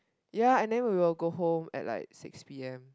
ya and then we will go home at like six P_M